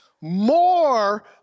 more